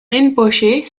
rinpoché